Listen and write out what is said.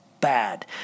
bad